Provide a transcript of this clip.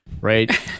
Right